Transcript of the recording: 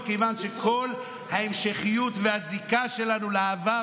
מכיוון שכל ההמשכיות והזיקה שלנו לעבר